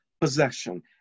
possession